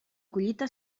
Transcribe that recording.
collita